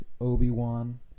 Obi-Wan